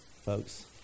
folks